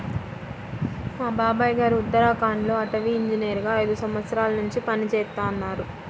మా బాబాయ్ గారు ఉత్తరాఖండ్ లో అటవీ ఇంజనీరుగా ఐదు సంవత్సరాల్నుంచి పనిజేత్తన్నారు